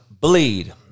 Bleed